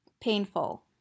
painful